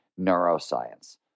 neuroscience